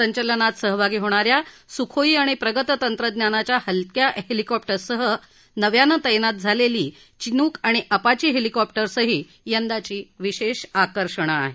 संचलनात सहभागी होणा या सुखोई आणि प्रगत तंत्रज्ञानाच्या हलक्या हेलिकॉप्टर्ससह नव्यानं तैनात झालेली चिनूक आणि अपाचे हेलिकॉप्टर्स ही यंदाची विशेष आकर्षणं आहेत